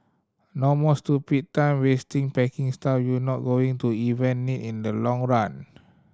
no more stupid time wasting packing stuff you're not going to even need in the long run